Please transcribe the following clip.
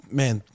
man